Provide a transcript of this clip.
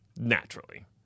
Naturally